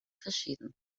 verschieden